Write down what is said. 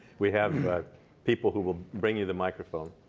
we have people who will bring you the microphone.